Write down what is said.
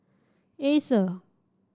Acer